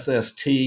SST